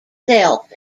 self